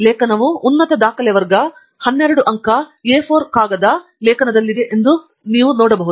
ಲೇಖನವು ಉನ್ನತ ದಾಖಲೆ ವರ್ಗ 12 ಅಂಕ A4 ಕಾಗದ ಲೇಖನದಲ್ಲಿದೆ ಎಂದು ನೀವು ನೋಡಬಹುದು